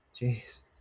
Jeez